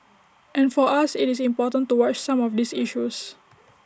and for us IT is important to watch some of these issues